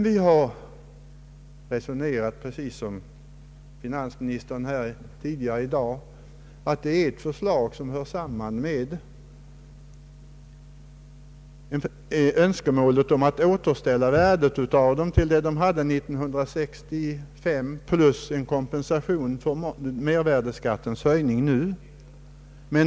Vi har resonerat precis som finansministern tidigare i dag, att det är ett förslag som hör samman med önskemålet om att återställa värdet av barnbidra gen till vad det var år 1965 plus en kompensation för <mervärdeskattens höjning nu.